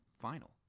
final